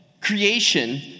creation